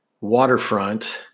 waterfront